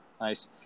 Nice